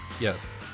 Yes